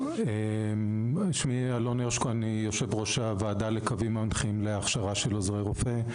אני יושב-ראש הוועדה לקווים מנחים להכשרה של עוזרי רופא.